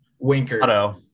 winker